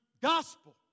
gospel